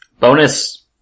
Bonus